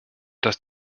dass